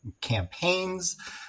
campaigns